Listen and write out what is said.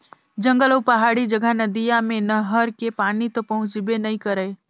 जंगल अउ पहाड़ी जघा नदिया मे नहर के पानी तो पहुंचबे नइ करय